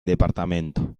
departamento